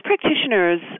practitioners